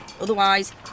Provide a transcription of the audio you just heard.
Otherwise